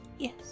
Yes